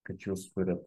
kad jūs turit